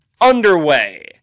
underway